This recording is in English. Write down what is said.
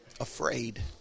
Afraid